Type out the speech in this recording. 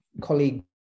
colleague